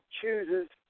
chooses